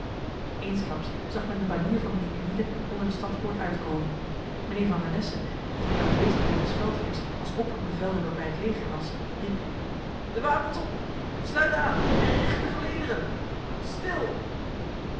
eensklaps zag men de banier van mijnheer gwyde onder de stadspoort uit komen mijnheer van renesse die in de afwezendheid des veldheers als opperbevelhebber bij het leger was riep de wapens op sluit aan en richt de gelederen stil